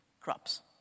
crops